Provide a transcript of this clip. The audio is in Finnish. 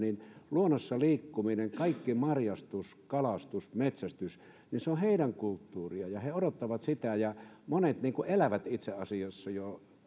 luonnossa liikkuminen kaikki marjastus kalastus metsästys on heidän kulttuuriaan ja he odottavat sitä monet elävät itse asiassa jo